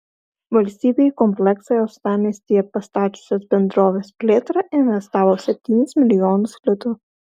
valstybė į kompleksą uostamiestyje pastačiusios bendrovės plėtrą investavo septynis milijonus litų